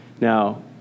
Now